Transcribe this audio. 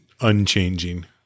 unchanging